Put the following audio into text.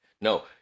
No